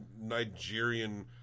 Nigerian